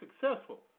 successful